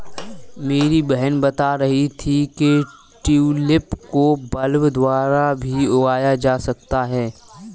मेरी बहन बता रही थी कि ट्यूलिप को बल्ब द्वारा भी उगाया जा सकता है